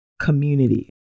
community